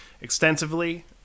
extensively